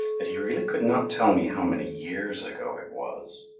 that he really could not tell me how many years ago it was,